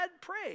Pray